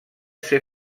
ser